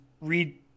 read